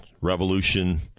revolution